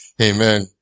Amen